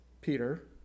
Peter